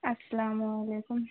السلام علیکم